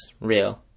real